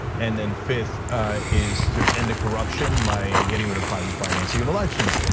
and then fifth is to end the corruption by getting rid of private financing of elections.